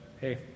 hey